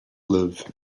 live